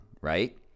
right